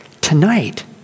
Tonight